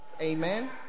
Amen